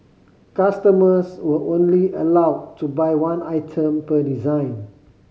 customers were only allowed to buy one item per design